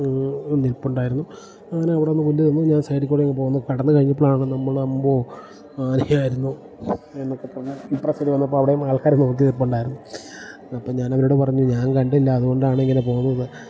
നിൽപ്പുണ്ടായിരുന്നു ആന അവിടെ നിന്ന് പുല്ല് തിന്നു ഞാൻ സൈഡിൽ കൂടെ ഇങ്ങ് പോന്നു കടന്ന് കഴിഞ്ഞപ്പളാണ് നമ്മൾ അമ്പോ ആനയായിരുന്നു എന്നൊക്കെ പറഞ്ഞ് ഇപ്രാവശ്യം വന്നപ്പം അവിടെയും ആൾക്കാര് നോക്കി നിൽപ്പുണ്ടായിരുന്നു അപ്പം ഞാനവരോട് പറഞ്ഞു ഞാൻ കണ്ടില്ല അതുകൊണ്ടാണിങ്ങനെ പോന്നത്